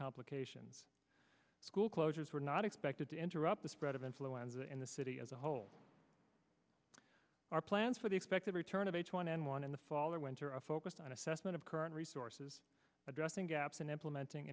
complications school closures were not expected to interrupt the spread of influenza in the city as a whole our plans for the expected return of h one n one in the fall or winter are focused on assessment of current resources addressing gaps in implementing